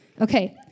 okay